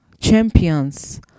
champions